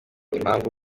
impamvu